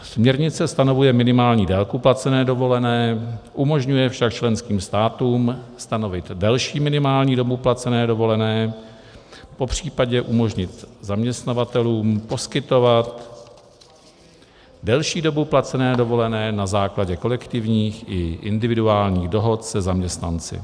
Směrnice stanovuje minimální délku placené dovolené, umožňuje však členským státům stanovit delší minimální dobu placené dovolené, popřípadě umožnit zaměstnavatelům poskytovat delší dobu placené dovolené na základě kolektivních i individuálních dohod se zaměstnanci.